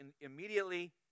immediately